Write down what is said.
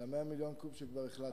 ל-100 מיליון קוב שכבר החלטנו עליהם.